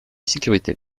sécurité